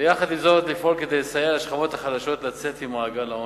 ועם זאת לפעול כדי לסייע לשכבות החלשות לצאת ממעגל העוני,